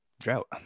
drought